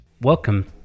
welcome